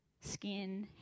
skin